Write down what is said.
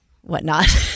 whatnot